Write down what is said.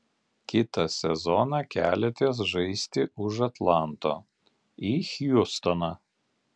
kitą sezoną keliatės žaisti už atlanto į hjustoną